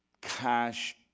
cash